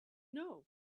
know